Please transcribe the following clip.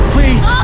Please